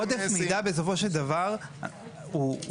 עורף מידע בסופו של דבר הוא לא,